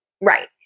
Right